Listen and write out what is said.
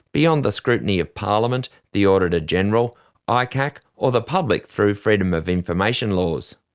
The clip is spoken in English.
beyond the scrutiny of parliament, the auditor-general, icac or the public through freedom of information laws.